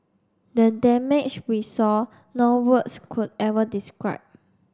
the damage we saw no words could ever describe